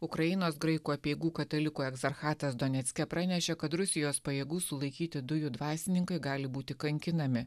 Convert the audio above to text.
ukrainos graikų apeigų katalikų egzarchatas donecke pranešė kad rusijos pajėgų sulaikyti du jų dvasininkai gali būti kankinami